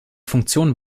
funktionen